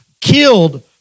killed